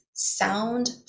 Sound